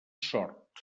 sort